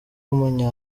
w’umunya